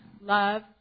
love